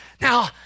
Now